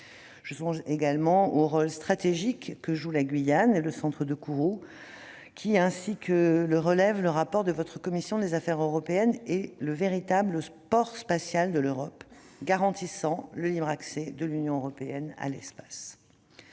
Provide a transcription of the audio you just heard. Je songe également au rôle stratégique que jouent la Guyane et le centre de Kourou, qui, ainsi que le relève le rapport de votre commission des affaires européennes, est le véritable « port spatial de l'Europe », garantissant le libre accès de l'Union européenne à l'espace.